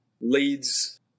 leads